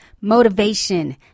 motivation